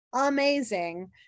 amazing